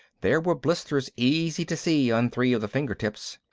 there were blisters easy to see on three of the fingertips.